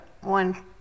one